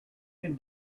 can